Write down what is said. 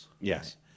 yes